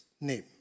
name